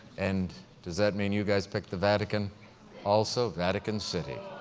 and does that mean you guys picked the vatican also? vatican city.